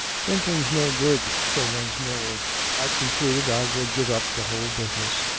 thinking's no good for one's nerve. i concluded i would give up the whole business.